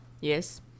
Yes